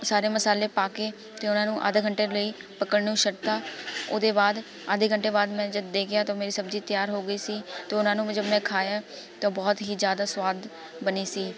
ਸਾਰੇ ਮਸਾਲੇ ਪਾ ਕੇ ਅਤੇ ਉਹਨਾਂ ਨੂੰ ਆਧੇ ਘੰਟੇ ਲਈ ਪੱਕਣ ਨੂੰ ਛੱਡਤਾ ਉਹਦੇ ਬਾਅਦ ਆਧੇ ਘੰਟੇ ਬਾਅਦ ਮੈਂ ਜਦ ਦੇਖਿਆ ਤੋਂ ਮੇਰੀ ਸਬਜ਼ੀ ਤਿਆਰ ਹੋ ਗਈ ਸੀ ਅਤੇ ਉਹਨਾਂ ਨੂੰ ਮੈਂ ਜਬ ਮੈਂ ਖਾਇਆ ਤਾਂ ਬਹੁਤ ਹੀ ਜ਼ਿਆਦਾ ਸਵਾਦ ਬਣੀ ਸੀ